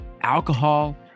alcohol